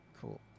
cool